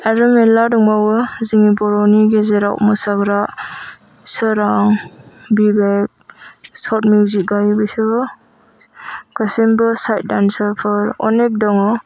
आरो मेल्ला दंबावो जोनि बर'नि गेजेराव मोसाग्रा सोरां बिबेक सर्ट मिउजिकआव बिसोरबो गासैमबो साइड दान्सारफोर अनेक दङ